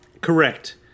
Correct